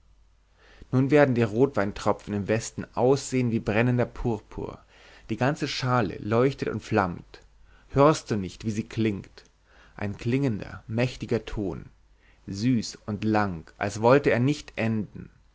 nun werden die rotweintropfen im westen aussehen wie brennender purpur die ganze schale leuchtet und flammt hörst du nicht wie sie klingt ein klingender mächtiger ton süß und lang als wollte er nicht enden